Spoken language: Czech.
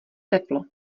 teplo